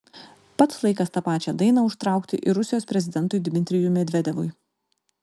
pats laikas tą pačią dainą užtraukti ir rusijos prezidentui dmitrijui medvedevui